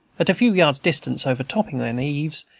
at a few yards' distance, overtopping then eaves,